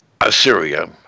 Assyria